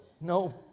no